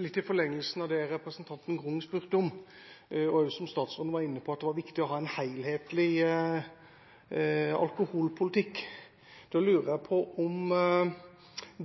Litt i forlengelsen av det representanten Grung spurte om, og som statsråden var inne på, at det var viktig å ha en helhetlig alkoholpolitikk: Jeg lurer på om statsråden opplever at det er et flertall bak